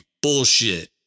Bullshit